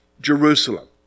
Jerusalem